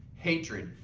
hatred,